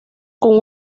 con